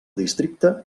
districte